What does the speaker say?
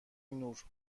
نور